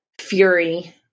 fury